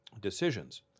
decisions